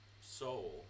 soul